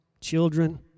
children